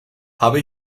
habe